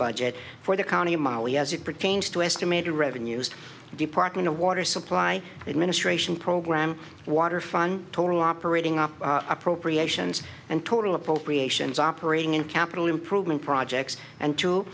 budget for the county of mali as it pertains to estimated revenues the department of water supply it ministration program waterfront total operating up appropriations and total appropriations operating in capital improvement projects and to